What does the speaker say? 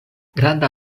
granda